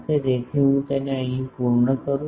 તેથી હું તેને અહીં પૂર્ણ કરું છું